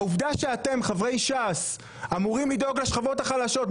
העובדה שאתם חברי ש"ס אמורים לדאוג לשכבות החלשות,